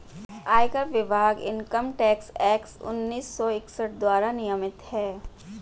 आयकर विभाग income tax act उन्नीस सौ इकसठ द्वारा नियमित है